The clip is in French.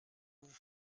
vous